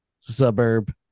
suburb